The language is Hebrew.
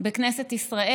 בכנסת ישראל,